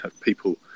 people